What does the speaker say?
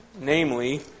Namely